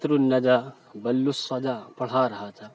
قطر الندی وبل الصدی پڑھا رہا تھا